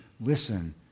Listen